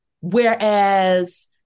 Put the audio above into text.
Whereas